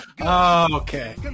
Okay